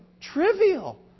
trivial